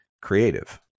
creative